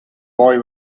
boy